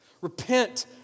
Repent